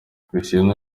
cristiano